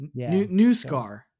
Newscar